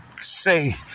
say